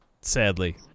sadly